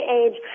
age